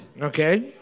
Okay